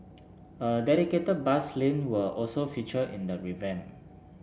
a dedicated bus lane will also feature in the revamp